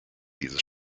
diese